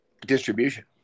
Distribution